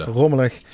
rommelig